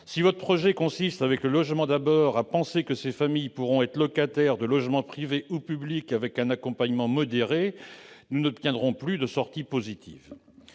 », votre projet de loi part du principe que ces familles pourront être locataires de logements privés ou publics avec un accompagnement modéré, nous n'obtiendrons plus de sorties positives.